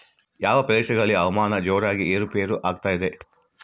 ಯಾವ ಪ್ರದೇಶಗಳಲ್ಲಿ ಹವಾಮಾನ ಜೋರಾಗಿ ಏರು ಪೇರು ಆಗ್ತದೆ?